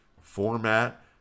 format